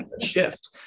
shift